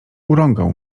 urągał